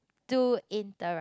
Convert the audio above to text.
to interrupt